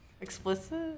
Explicit